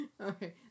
Okay